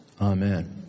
Amen